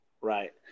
Right